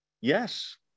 yes